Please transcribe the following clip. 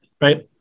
right